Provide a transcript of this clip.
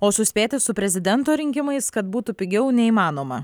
o suspėti su prezidento rinkimais kad būtų pigiau neįmanoma